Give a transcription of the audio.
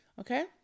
Okay